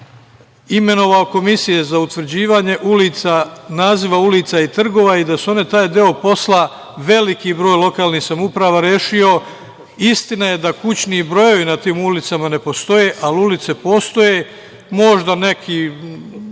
imenovao Komisije za utvrđivanje naziva ulica i trgova i da su one taj deo posla veliki broj lokalnih samouprava rešio. Istina je da kućni brojevi na tim ulicama ne postoje, ali ulice postoje. Možda neki